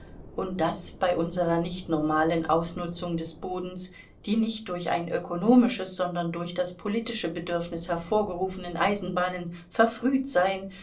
und daß bei unserer nicht normalen ausnutzung des bodens die nicht durch ein ökonomisches sondern durch das politische bedürfnis hervorgerufenen eisenbahnen verfrüht seien